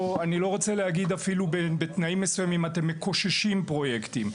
אני לא רוצה להגיד אפילו בתנאים מסוימים אתם מקוששים פרויקטים.